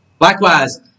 Likewise